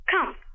come